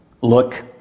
Look